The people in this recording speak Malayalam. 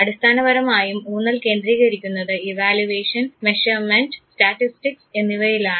അടിസ്ഥാനപരമായും ഊന്നൽ കേന്ദ്രീകരിക്കുന്നത് ഇവാലുവേഷൻ മെഷർമെൻറ് സ്റ്റാറ്റിസ്റ്റിക്സ് എന്നിവയിലാണ്